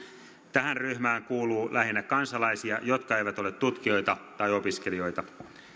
tähän ryhmään kuuluu lähinnä kansalaisia jotka eivät ole tutkijoita tai opiskelijoita